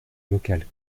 locales